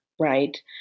right